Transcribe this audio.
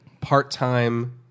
part-time